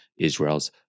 Israel's